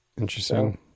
Interesting